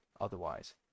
otherwise